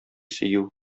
сөю